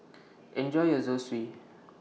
Enjoy your Zosui